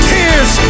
Tears